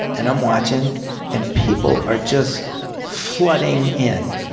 and i'm watching and people are just flooding in.